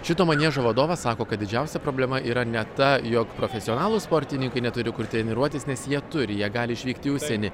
šito maniežo vadovas sako kad didžiausia problema yra ne ta jog profesionalūs sportininkai neturi kur treniruotis nes jie turi jie gali išvykti į užsienį